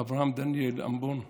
אברהם דניאל אמבון ז"ל,